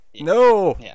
no